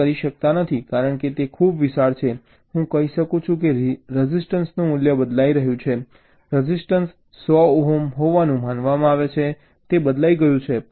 આપણે કરી શકતા નથી કારણ કે તે ખૂબ વિશાળ છે હું કહી શકું છું કે રઝિસ્ટન્સનું મૂલ્ય બદલાઈ રહ્યું છે રઝિસ્ટન્સ 100 ઓહ્મ હોવાનું માનવામાં આવે છે તે બદલાઈ ગયું છે